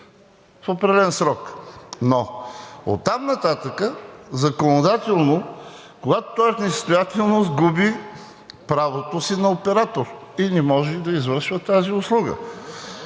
в определен срок, но оттам нататък законодателно, когато то е в несъстоятелност, губи правото си на оператор и не може да извършва тази услуга.